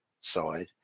side